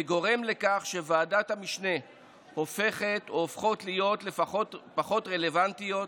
וגורם לכך שוועדות המשנה הופכות להיות פחות רלוונטיות.